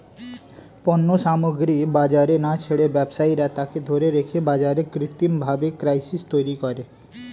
পণ্য সামগ্রী বাজারে না ছেড়ে ব্যবসায়ীরা তাকে ধরে রেখে বাজারে কৃত্রিমভাবে ক্রাইসিস তৈরী করে